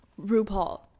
RuPaul